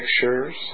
pictures